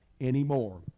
anymore